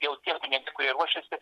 jau tie kunigai kurie ruošiasi